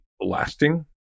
lasting